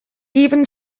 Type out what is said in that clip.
even